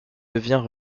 devient